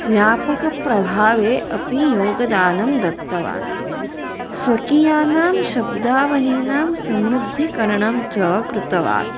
व्यापकप्रभावे अपि योगदानं दत्तवान् स्वकीयानां शब्दावाणीनां समृद्धीकरणं च कृतवान्